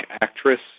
actress